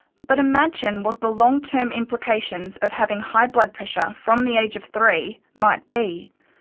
but imagine what the long-term implications of having high blood pressure from the age of three might be.